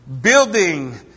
building